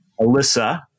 Alyssa